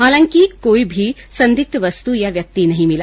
हालांकि कोई भी संदिग्ध वस्तु या व्यक्ति नहीं मिला